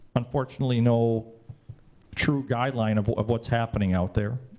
unfortunately no true guideline of of what's happening out there.